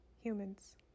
humans